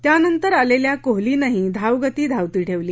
त्यानंतर आलेल्या कोहलीनंही धावगती धावती ठेवली